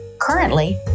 Currently